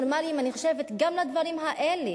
אצל אנשים נורמליים, אני חושבת, גם הדברים האלה